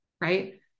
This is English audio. right